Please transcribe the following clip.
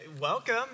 Welcome